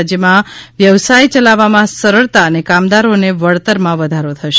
રાજ્યમાં વ્યવસાય ચલાવવામાં સરળતા અને કામદારોને વળતરમાં વધારો થશે